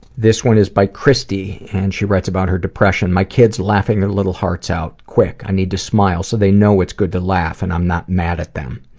this one is by kristi and she writes about her depression my kids laughing their little hearts out. quick i need to smile so they know it's good to laugh and i'm not mad at them.